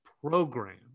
program